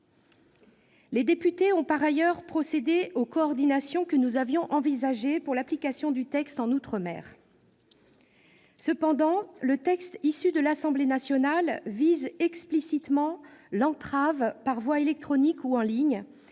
Les députés ont par ailleurs procédé aux coordinations que nous avions envisagées pour l'application du texte outre-mer. Cependant, le texte issu de l'Assemblée nationale vise explicitement l'entrave « par voie électronique ou en ligne